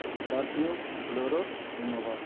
scorpio bolero Innova